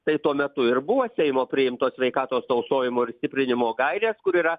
tai tuo metu ir buvo seimo priimto sveikatos tausojimo ir stiprinimo gairės kur yra